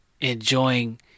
Enjoying